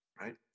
right